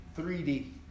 3D